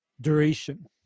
duration